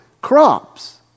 crops